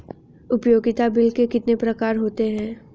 उपयोगिता बिल कितने प्रकार के होते हैं?